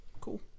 Cool